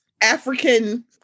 African